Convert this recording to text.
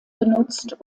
genutzt